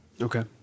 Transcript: Okay